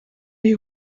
die